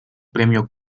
premio